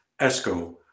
ESCO